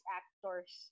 actors